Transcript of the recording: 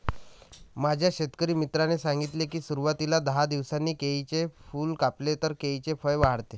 माझ्या शेतकरी मित्राने सांगितले की, सुरवातीला दहा दिवसांनी केळीचे फूल कापले तर केळीचे फळ वाढते